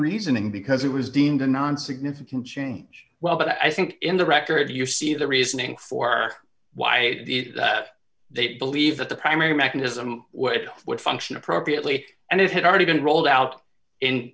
reasoning because it was deemed a non significant change well but i think in the record of your see the reasoning for why it is that they believe that the primary mechanism where it would function appropriately and it had already been rolled out in